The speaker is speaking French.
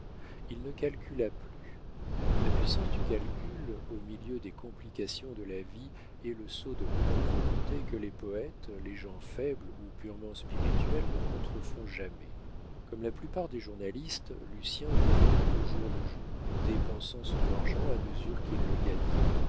il ne calcula plus la puissance du calcul au milieu des complications de la vie est le sceau des grandes volontés que les poètes les gens faibles ou purement spirituels ne contrefont jamais comme la plupart des journalistes lucien vécut au jour le jour dépensant son argent à mesure qu'il le